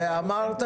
ואמרת